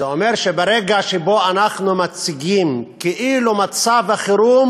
זה אומר שברגע שאנחנו מציגים כאילו מצב החירום